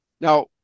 Now